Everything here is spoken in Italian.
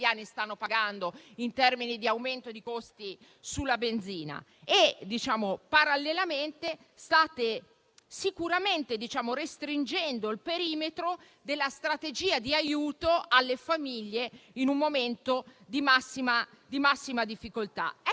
stanno pagando in termini di aumento dei costi sulla benzina. Parallelamente, state restringendo il perimetro della strategia di aiuto alle famiglie in un momento di massima difficoltà.